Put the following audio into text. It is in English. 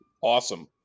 Awesome